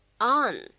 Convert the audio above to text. on